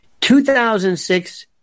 2006